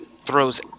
throws